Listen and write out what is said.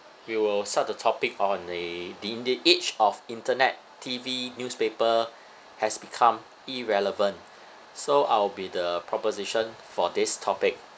we will start the topic on eh the in the age of internet T_V newspaper has become irrelevant so I'll be the proposition for this topic